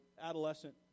adolescent